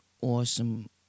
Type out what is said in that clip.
awesome